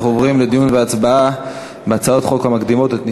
אנחנו עוברים לדיון והצבעה בהצעות החוק לדיון מוקדם.